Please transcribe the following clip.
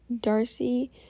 Darcy